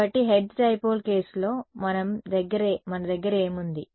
కాబట్టి Hertz dipole కేసులో మన దగ్గర ఏముంది